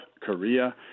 Korea